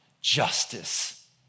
justice